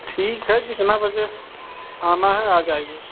ठीक है जितना बजे आना है आ जाईए